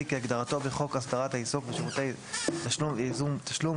כהגדרתו בחוק הסדרת העיסוק בשירותי תשתום וייזום תשלום,